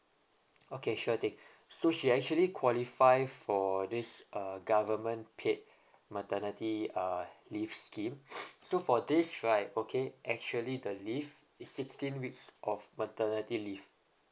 okay sure thing so she actually qualify for this uh government paid maternity uh leave scheme so for this right okay actually the leave is sixteen weeks of maternity leave